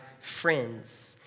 friends